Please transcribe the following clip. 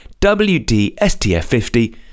WDSTF50